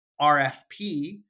RFP